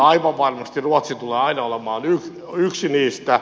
aivan varmasti ruotsi tulee aina olemaan yksi niistä